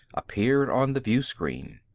appeared on the view-screen.